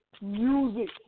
music